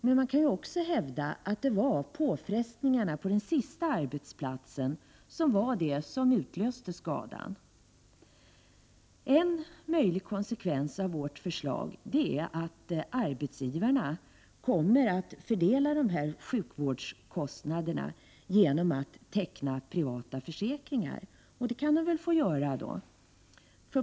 Men man kan också hävda att det var påfrestningarna på den sista arbetsplatsen som var det som utlöste skadan. En möjlig konsekvens av vårt förslag är att arbetsgivarna kommer att fördela sjukvårdskostnaderna genom att teckna privata försäkringar, och det kan de väl få göra då.